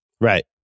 Right